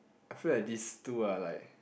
I feel like these two are like